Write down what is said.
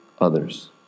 others